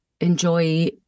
enjoy